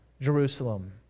Jerusalem